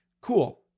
Cool